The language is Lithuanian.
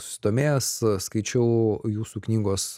susidomėjęs skaičiau jūsų knygos